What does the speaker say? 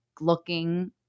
looking